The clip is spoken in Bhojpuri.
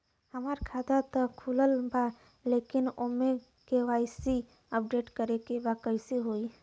हमार खाता ता खुलल बा लेकिन ओमे के.वाइ.सी अपडेट करे के बा कइसे होई?